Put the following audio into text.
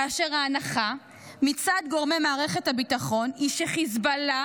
כאשר ההנחה מצד גורמי מערכת הביטחון היא שחיזבאללה